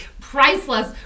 Priceless